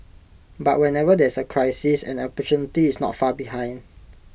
but whenever there is the crisis an opportunity is not far behind